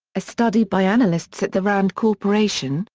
a study by analysts at the rand corporation,